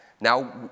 now